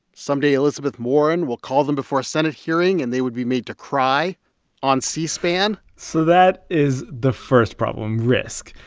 someday, elizabeth warren will call them before a senate hearing and they would be made to cry on c-span so that is the first problem risk.